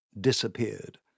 disappeared